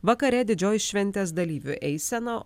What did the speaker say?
vakare didžioji šventės dalyvių eisena